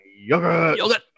Yogurt